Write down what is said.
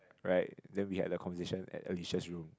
right then we had the conversation at Alicia's room